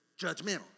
judgmental